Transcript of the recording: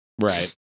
Right